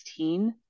16